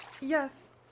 yes